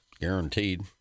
Guaranteed